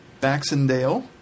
Baxendale